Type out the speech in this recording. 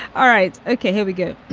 all right. ok, here we go,